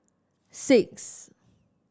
six